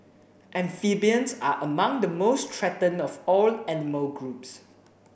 amphibians are among the most threatened of all animal groups